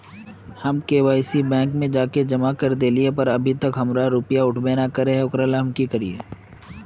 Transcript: हम KYC bank में जाके जमा कर देलिए पर अभी तक हमर रुपया उठबे न करे है ओकरा ला हम अब की करिए?